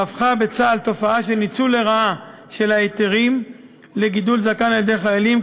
רווחה בצה"ל תופעה של ניצול לרעה של ההיתרים לגידול זקן על-ידי חיילים,